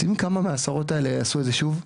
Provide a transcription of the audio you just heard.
אתם יודעים כמה מהעשרות האלו עשו את זה שוב?